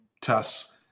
tests